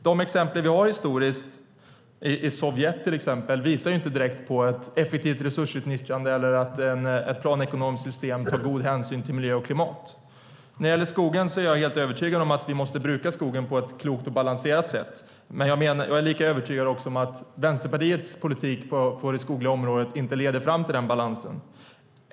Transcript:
De exempel vi har historiskt, till exempel i Sovjet, visar inte direkt på att ett planekonomiskt system skulle ge ett effektivt resursutnyttjande eller ta god hänsyn till miljö och klimat. Jag är helt övertygad om att vi måste bruka skogen på ett klokt och balanserat sätt. Jag är lika övertygad om att Vänsterpartiets politik på det skogliga området inte leder fram till den balansen.